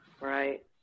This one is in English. Right